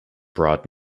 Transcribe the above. brought